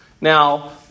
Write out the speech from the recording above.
Now